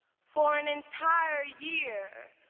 for an entire year,